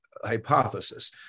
hypothesis